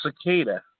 Cicada